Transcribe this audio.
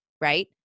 Right